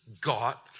got